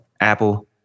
Apple